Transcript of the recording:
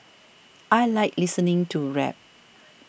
I like listening to rap